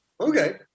okay